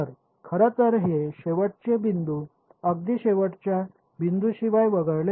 तर खरं तर हे शेवटचे बिंदू अगदी शेवटच्या बिंदूशिवाय वगळले जातील